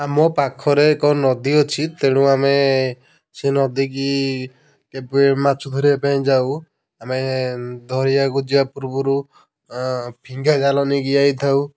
ଆମ ପାଖରେ ଏକ ନଦୀ ଅଛି ତେଣୁ ଆମେ ସେଇ ନଦୀକୁ କେବେ ମାଛ ଧରିବା ପାଇଁ ଯାଉ ଆମେ ଧରିବାକୁ ଯିବା ପୂର୍ବରୁ ଫିଙ୍ଗା ଜାଲ ନେଇକି ଯାଇଥାଉ